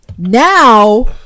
Now